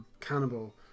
cannibal